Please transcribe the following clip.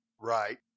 right